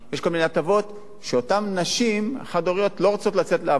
יש כל מיני הטבות שבגללן אותן נשים חד-הוריות לא רוצות לצאת לעבודה,